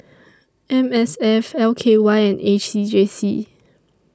M S F L K Y and A C J C